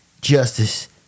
justice